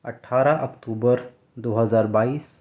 اٹھارہ اکتوبر دو ہزار بائیس